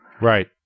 Right